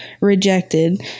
Rejected